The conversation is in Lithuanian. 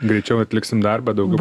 greičiau atliksim darbą daugiau